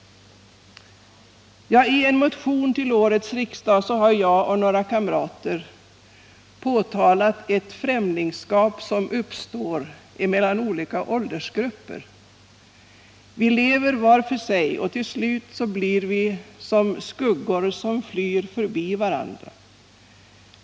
I en motion till årets riksdag har jag och några kamrater pekat på ett främlingskap som uppstår mellan olika åldersgrupper. Vilever var för sig, och till slut blir vi som skuggor som flyr förbi varandra.